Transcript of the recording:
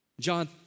John